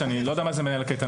ואני לא יודע מה זה מנהל קייטנה,